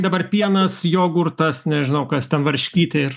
dabar pienas jogurtas nežinau kas ten varškytė ir